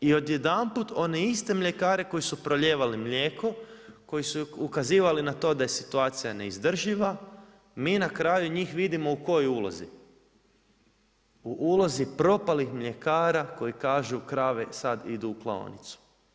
I odjedanput one iste mljekare koji su prolijevali mlijeko, koji su ukazivali na to da je situacija neizdrživa, mi na kraju njih vidimo u kojoj ulozi, u ulozi propalih mljekaru koji kažu krave sad idu u klaonicu.